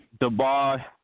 Dubai